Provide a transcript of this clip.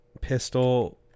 pistol